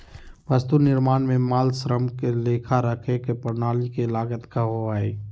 वस्तु निर्माण में माल, श्रम के लेखा रखे के प्रणाली के लागत कहो हइ